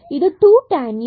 இது 2 tan u